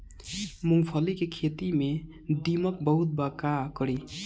मूंगफली के खेत में दीमक बहुत बा का करी?